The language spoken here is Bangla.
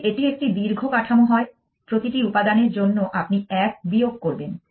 যদি এটি একটি দীর্ঘ কাঠামো হয় প্রতিটি উপাদানের জন্য আপনি 1 বিয়োগ করবেন